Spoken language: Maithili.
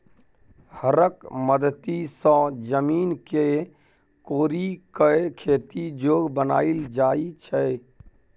हरक मदति सँ जमीन केँ कोरि कए खेती जोग बनाएल जाइ छै